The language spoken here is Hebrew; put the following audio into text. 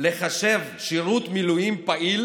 לחשב שירות מילואים פעיל